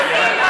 תסכימי.